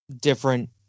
different